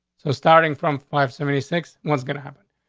so starting from five seventy six was gonna happen.